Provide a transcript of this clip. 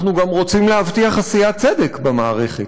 אנחנו גם רוצים להבטיח עשיית צדק במערכת.